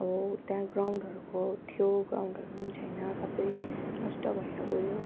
अब त्यहाँ ग्राउन्डहरूको थियो ग्राउन्डहरू नि छैन सबै नष्ट भएर गयो